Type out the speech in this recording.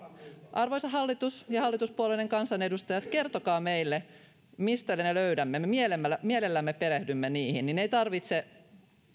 arvoisa hallitus ja hallituspuolueiden kansanedustajat kertokaa meille mistä me ne löydämme me mielellämme perehdymme niihin niin ei tarvitse